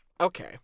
okay